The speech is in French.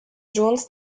jones